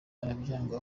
arabyanga